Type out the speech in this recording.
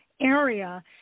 area